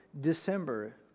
December